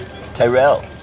Tyrell